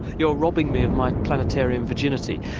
you're robbing me of my planetarium virginity.